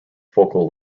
focal